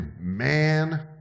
man